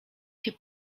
się